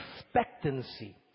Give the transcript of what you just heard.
expectancy